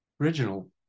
original